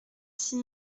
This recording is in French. six